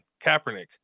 Kaepernick